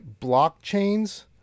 blockchains